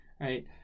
Right